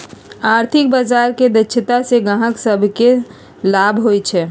आर्थिक बजार के दक्षता से गाहक सभके लाभ होइ छइ